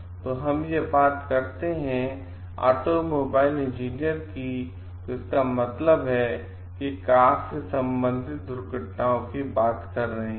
तो जब हम बात करते हैं ऑटोमोबाइल इंजीनियर की तो इसका मतलब है कि कार से संबंधित दुर्घटनाओं की बात कर रहे हैं